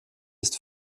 ist